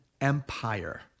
empire